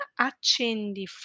accendi